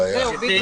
כן, זהו.